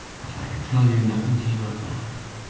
but i can tell you nothing came of that!